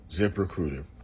ZipRecruiter